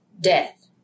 death